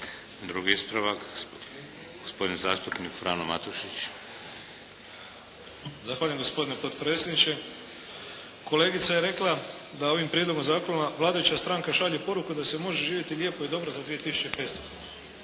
Drugi ispravak, gospodin Frano Matušić. **Matušić, Frano (HDZ)** Zahvaljujem gospodine potpredsjedniče. Kolegica je rekla da ovim prijedlogom zakona vladajuća stranka šalje poruku da se može živjeti lijepo i dobro za 2.500,00